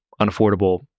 unaffordable